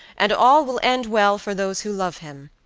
and all will end well for those who love him.